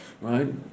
right